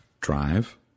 Drive